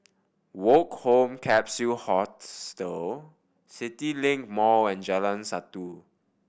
Woke Home Capsule Hostel CityLink Mall and Jalan Satu